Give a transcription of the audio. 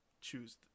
choose